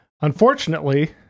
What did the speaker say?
Unfortunately